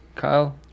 Kyle